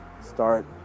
start